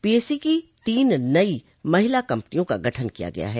PAC की तीन नई महिला कम्पनियों का गठन किया गया है